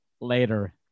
later